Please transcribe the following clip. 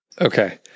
Okay